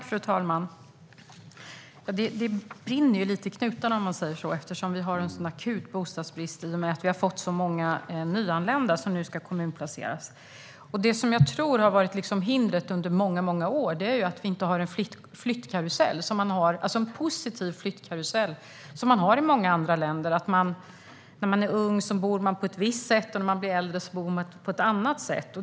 Fru talman! Det brinner i knutarna, om man säger så, eftersom vi har en sådan akut bostadsbrist i och med att vi har fått så många nyanlända som nu ska kommunplaceras. Det jag tror har varit hindret under många år är att vi inte har en positiv flyttkarusell som man har i många andra länder och som innebär att när man är ung bor man på ett visst sätt och när man är äldre bor man på ett annat sätt.